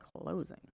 closing